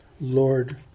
Lord